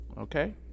Okay